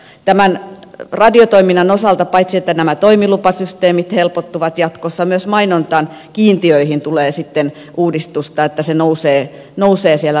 tämän radiotoiminnan osalta paitsi että toimilupasysteemit helpottuvat jatkossa myös mainonnan kiintiöihin tulee sitten uudistusta se nousee siellä radiopuolella